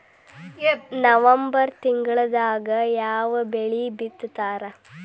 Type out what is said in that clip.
November ತಿಂಗಳದಾಗ ಯಾವ ಬೆಳಿ ಬಿತ್ತತಾರ?